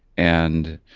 and